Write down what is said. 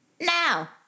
now